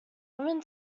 women